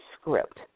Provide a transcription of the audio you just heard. script